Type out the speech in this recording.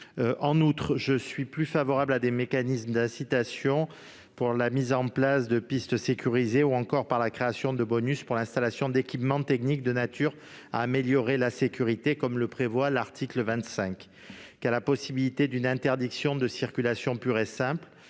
En outre, je suis plus favorable à des mécanismes d'incitation- mise en place de pistes sécurisées, création de bonus pour l'installation d'équipements techniques de nature à améliorer la sécurité, comme le prévoit l'article 25 -qu'à une interdiction de circulation pure et simple.